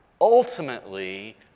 ultimately